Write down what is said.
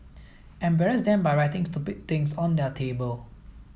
embarrass them by writing stupid things on their table